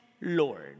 Lord